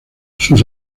sus